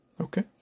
Okay